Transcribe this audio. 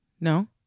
No